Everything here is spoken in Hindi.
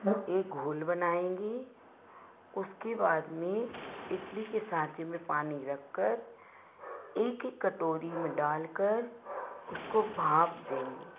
एक घोल बनाएँगे उसके बाद में इडली के साथ ही में पानी रखकर एक एक कटोरी में डालकर उसको भाप देंगे